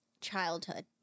childhood